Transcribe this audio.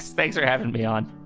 thanks for having me on